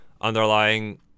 underlying